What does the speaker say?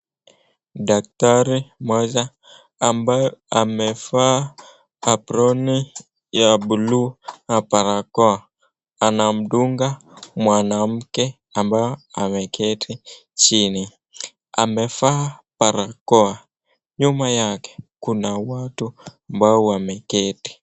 Daktari mmoja ambaye amevaa aproni ya buluu na barakoa anamdunga mwanamke ambaye ameketi chini. Amevaa barakoa nyuma yake kuna watu ambao wameketi.